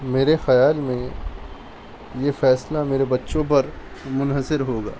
میرے خیال میں یہ فیصلہ میرے بچوں پر مںحصر ہوگا